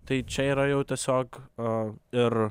tai čia yra jau tiesiog a ir